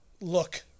look